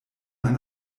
ein